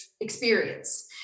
experience